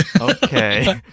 Okay